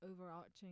overarching